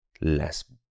less